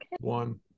One